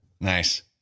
Nice